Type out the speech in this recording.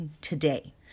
today